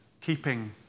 keeping